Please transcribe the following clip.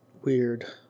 weird